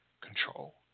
control